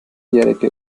jährige